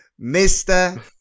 Mr